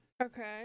Okay